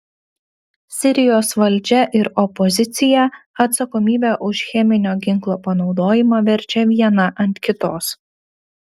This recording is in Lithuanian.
sirijos valdžia ir opozicija atsakomybę už cheminio ginklo panaudojimą verčia viena ant kitos